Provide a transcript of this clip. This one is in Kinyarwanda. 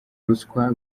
ruswa